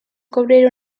cobrir